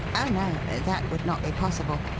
oh, no that would not be possible.